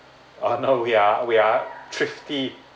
uh no we are we are thrifty